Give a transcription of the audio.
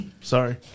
sorry